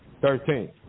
Thirteen